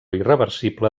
irreversible